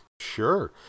Sure